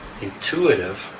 intuitive